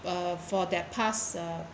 uh for their past uh